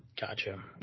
Gotcha